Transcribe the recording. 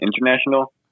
international